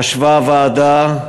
חשבה הוועדה,